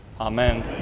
Amen